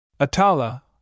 Atala